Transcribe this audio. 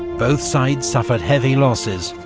both sides suffered heavy losses,